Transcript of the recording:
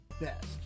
best